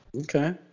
Okay